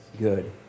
good